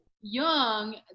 young